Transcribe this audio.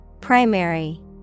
Primary